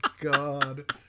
god